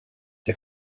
der